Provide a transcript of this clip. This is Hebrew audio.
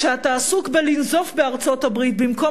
כשאתה עסוק בלנזוף בארצות-הברית במקום